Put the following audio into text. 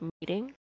meeting